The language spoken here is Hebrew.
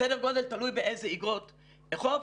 סדר גודל תלוי באיזה אגרות חוב,